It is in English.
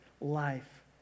life